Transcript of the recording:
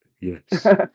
Yes